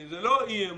זה לא אי-אמון,